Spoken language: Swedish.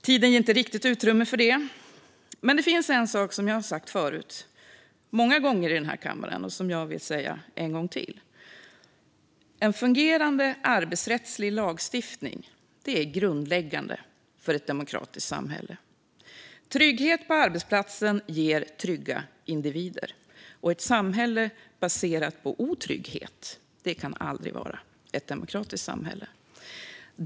Tiden ger inte riktigt utrymme för det. Men det finns en sak som jag har sagt många gånger förut i denna kammare och som jag vill säga en gång till: En fungerande arbetsrättslig lagstiftning är grundläggande för ett demokratiskt samhälle. Trygghet på arbetsplatsen ger trygga individer, och ett samhälle baserat på otrygghet kan aldrig vara ett demokratiskt samhälle.